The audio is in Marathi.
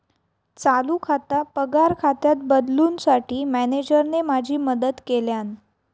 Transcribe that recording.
चालू खाता पगार खात्यात बदलूंसाठी मॅनेजरने माझी मदत केल्यानं